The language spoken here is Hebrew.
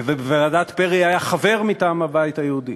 ובוועדת פרי היה חבר מטעם הבית היהודי,